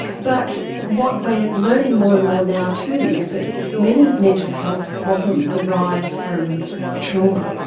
but what we are learning more and more now too is that many mental health problems arise from trauma.